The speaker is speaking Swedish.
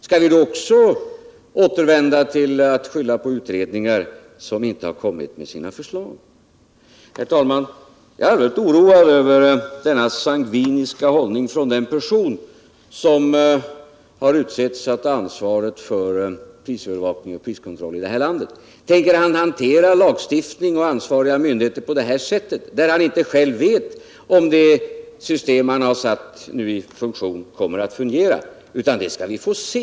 Skall han då återigen skylla på utredningar som inte har lagt fram sina förslag? Herr talman! Jag är allmänt oroad över denna sangviniska hållning hos den person som har utsetts att ha ansvaret för prisövervakning och priskontroll i landet. Tänker han hantera lagstiftning och ansvariga myndigheter på det här sättet, och vet han inte om det system han satt i funktion kommer att fungera utan bara säger att vi får vänta och se?